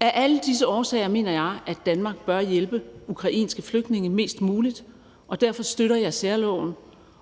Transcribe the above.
Af alle disse årsager mener jeg, at Danmark bør hjælpe ukrainske flygtninge mest muligt, og derfor støtter jeg særloven